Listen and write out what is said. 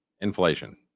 inflation